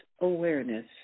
awareness